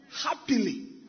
happily